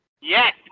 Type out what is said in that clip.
Yes